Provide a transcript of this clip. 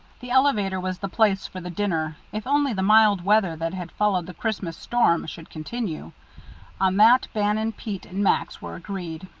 the elevator was the place for the dinner, if only the mild weather that had followed the christmas storm should continue on that bannon, pete, and max were agreed.